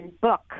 book